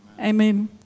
Amen